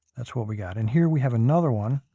that's what we got. and here we have another one.